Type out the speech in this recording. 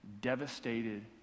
devastated